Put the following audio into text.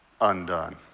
undone